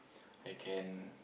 I can